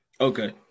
Okay